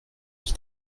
qui